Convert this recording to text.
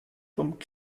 vom